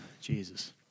Jesus